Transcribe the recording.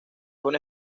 una